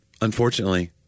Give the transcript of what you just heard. unfortunately